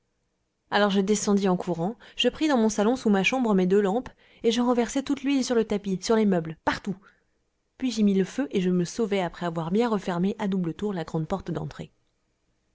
alors je descendis en courant je pris dans mon salon sous ma chambre mes deux lampes et je renversai toute l'huile sur le tapis sur les meubles partout puis j'y mis le feu et je me sauvai après avoir bien refermé à double tour la grande porte d'entrée